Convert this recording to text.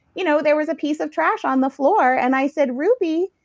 you know there was a piece of trash on the floor and i said, ruby,